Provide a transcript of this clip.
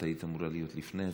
את היית אמורה להיות לפני ההצבעה.